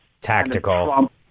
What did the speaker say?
tactical